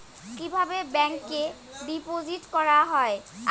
কিভাবে ব্যাংকে ডিপোজিট করা হয়?